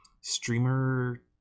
streamer